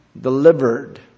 delivered